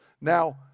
Now